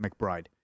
McBride